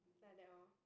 like that orh